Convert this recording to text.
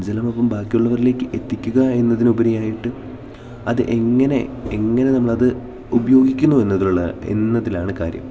ജലമപ്പോള് ബാക്കിയുള്ളവരിലേക്ക് എത്തിക്കുക എന്നതിനുപരിയായിട്ട് അത് എങ്ങനെ നമ്മളത് ഉപയോഗിക്കുന്നു എന്നതിലാണ് കാര്യം